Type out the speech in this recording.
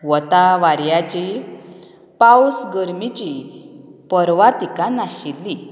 वोता वाऱ्याची पावस गरमेची पर्वा तिका नाशिल्ली